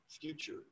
future